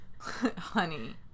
Honey